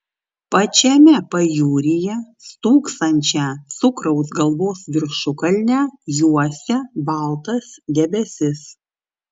pačiame pajūryje stūksančią cukraus galvos viršukalnę juosia baltas debesis